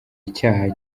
icyaha